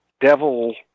Devil